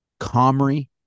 Comrie